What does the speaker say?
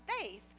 faith